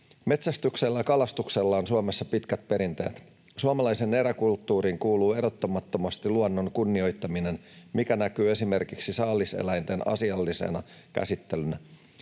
Metsästyksellä ja kalastuksella on Suomessa pitkät perinteet. Suomalaiseen eräkulttuuriin kuuluu erottamattomasti luonnon kunnioittaminen, mikä näkyy esimerkiksi saalis-eläinten asiallisena käsittelynä.